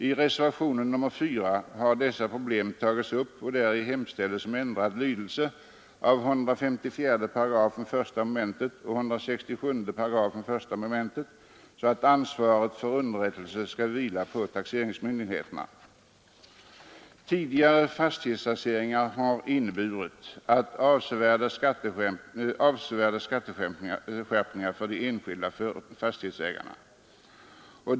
I reservationen 4 har dessa problem tagits upp och däri hemställes om ändrad lydelse av 154 § 1 mom. och 167 8 1 mom., så att ansvaret för underrättelse skall vila på taxeringsmyndigheterna. Tidigare fastighetstaxeringar har inneburit avsevärda skatteskärpningar för de enskilda fastighetsägarna.